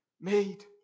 made